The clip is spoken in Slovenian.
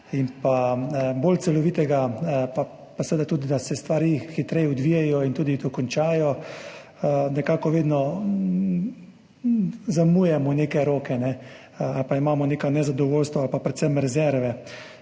in bolj celovitega, pa seveda tudi, da se stvari hitreje odvijajo in tudi dokončajo, nekako vedno zamujamo roke ali pa imamo neko nezadovoljstvo ali predvsem rezerve.